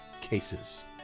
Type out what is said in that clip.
cases